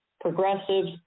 progressives